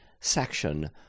section